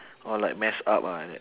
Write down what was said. oh like mess up ah like that